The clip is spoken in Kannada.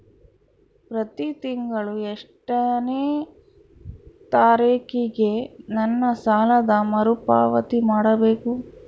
ಪ್ರತಿ ತಿಂಗಳು ಎಷ್ಟನೇ ತಾರೇಕಿಗೆ ನನ್ನ ಸಾಲದ ಮರುಪಾವತಿ ಮಾಡಬೇಕು?